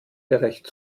gerecht